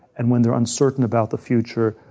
and when they're uncertain about the future,